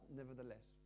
nevertheless